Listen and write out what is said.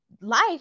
life